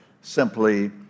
simply